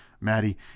Maddie